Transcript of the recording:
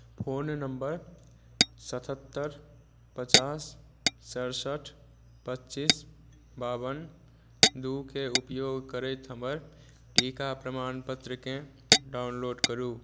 phone number सतहत्तरि पचास सड़सठि पच्चीस बाबन दूके उपयोग करैत हमर टीका प्रमाणपत्रकेँ डाउनलोड करू